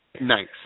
Nice